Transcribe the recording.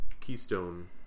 Keystone